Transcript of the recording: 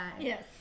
Yes